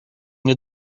nie